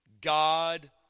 God